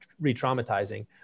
re-traumatizing